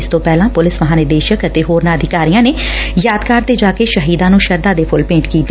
ਇਸ ਤੋਂ ਪਹਿਲਾਂ ਪੁਲਿਸ ਮਹਾਂ ਨਿਦੇਸ਼ਕ ਅਤੇ ਹੋਰਨਾਂ ਅਧਿਕਾਰੀਆਂ ਨੇ ਯਾਦਗਾਰ ਤੇ ਜਾ ਕੇ ਸ਼ਹੀਦਾਂ ਨੂੰ ਸ਼ਰਧਾ ਦੇ ਫੁੱਲ ਭੇਂਟ ਕੀਤੇ